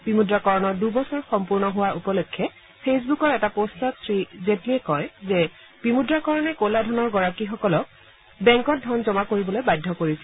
বিমুদ্ৰাকৰণৰ দুবছৰ সম্পূৰ্ণ হোৱাৰ উপলক্ষে ফেচবুকৰ এটা পষ্টত শ্ৰী জেটলীয়ে কয় যে বিমুদ্ৰাকৰণে কলা ধনৰ গৰাকীসকলক বেংকত ধন জমা কৰিবলৈ বাধ্য কৰিছিল